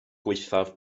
gwaethaf